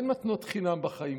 אין מתנות חינם בחיים.